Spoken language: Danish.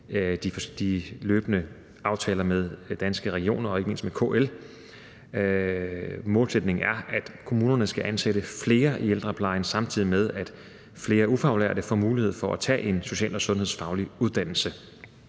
de løbende aftaler med Danske Regioner og ikke mindst med KL. Målsætningen er, at kommunerne skal ansætte flere i ældreplejen, samtidig med at flere ufaglærte får mulighed for at tage en social- og sundhedsfaglig uddannelse.